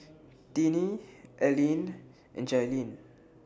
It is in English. Tinie Aline and Jailene